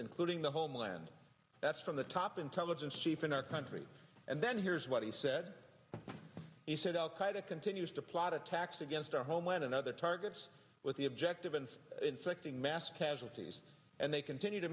including the homeland that's from the top intelligence chief in our country and then here's what he said he said al qaeda continues to plot attacks against our homeland and other targets with the objective and inflicting mass casualties and they continue to